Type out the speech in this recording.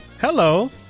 hello